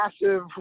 massive